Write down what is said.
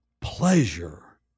pleasure